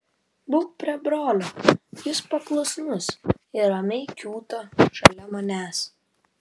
būk prie brolio jis paklusnus ir ramiai kiūto šalia manęs